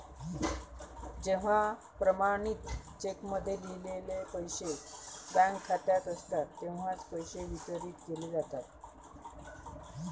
जेव्हा प्रमाणित चेकमध्ये लिहिलेले पैसे बँक खात्यात असतात तेव्हाच पैसे वितरित केले जातात